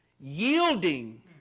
Yielding